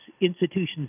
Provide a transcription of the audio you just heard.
institutions